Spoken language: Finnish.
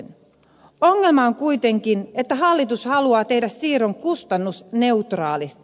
ongelma on kuitenkin että hallitus haluaa tehdä siirron kustannusneutraalisti